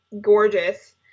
gorgeous